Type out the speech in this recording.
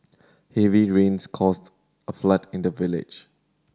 heavy rains caused a flood in the village